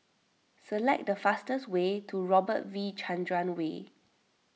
select the fastest way to Robert V Chandran Way